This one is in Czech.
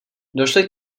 došli